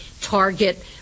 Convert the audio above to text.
target